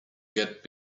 get